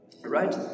right